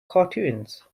cartoons